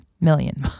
million